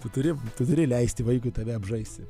tu turi tu turi leisti vaikui tave apžaisti